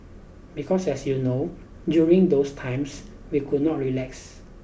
because as you know during those times we could not relax